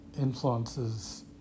influences